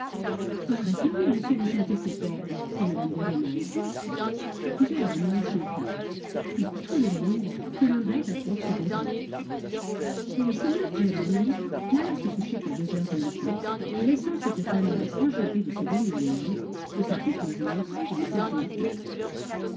ah veuillez monsieur nous chanter cet air dit mme de rênal geronimo chanta et tout le monde pleurait à force de rire il signor geronimo n'alla se coucher qu'à deux heures du matin laissant cette famille enchantée de ses bonnes manières de sa complaisance et de sa gaieté